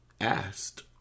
asked